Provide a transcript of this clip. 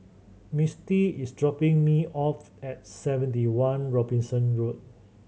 Mistie is dropping me off at Seventy One Robinson Road